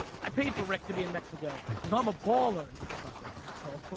i paid for rick to be in mexico because i'm a baller, you fucking asshole.